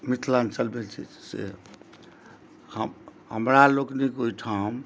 मिथिलाञ्चलमे छै से हमरा लोकनिक ओहिठाम